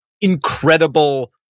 incredible